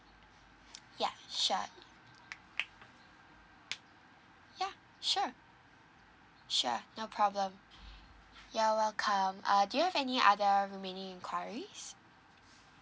ya sure ya sure sure no problem you're welcome uh do you have any other remaining enquiries